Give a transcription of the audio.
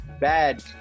bad